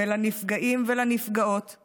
ולנפגעים ולנפגעות,